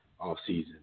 offseason